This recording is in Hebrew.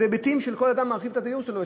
אלה היבטים של כל אדם שמרחיב את הדיור שלו.